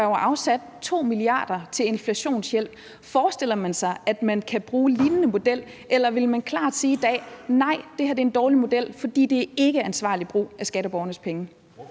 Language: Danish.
der er afsat 2 mia. kr. til inflationshjælp. Forestiller man sig, at man kan bruge en lignende model, eller vil man klart sige i dag: Nej, det her er en dårlig model, fordi det ikke er ansvarlig brug af skatteborgernes penge?